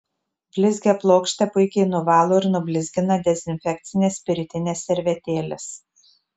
blizgią plokštę puikiai nuvalo ir nublizgina dezinfekcinės spiritinės servetėlės